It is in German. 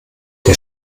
der